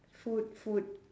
food food